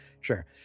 Sure